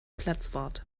platzwart